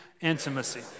intimacy